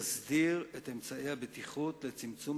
להסדיר את אמצעי הבטיחות לצמצום